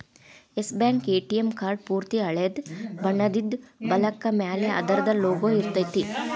S Bank ATM card ಪೂರ್ತಿ ಹಳ್ದಿ ಬಣ್ಣದಿದ್ದು, ಬಲಕ್ಕ ಮ್ಯಾಲೆ ಅದರ್ದ್ ಲೊಗೊ ಇರ್ತೆತಿ